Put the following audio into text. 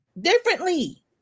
differently